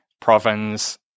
province